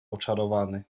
oczarowany